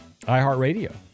iHeartRadio